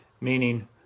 meaning